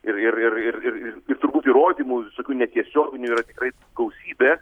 ir ir ir ir ir ir ir turbūt įrodymų visokių netiesioginių yra tikrai gausybė